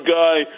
guy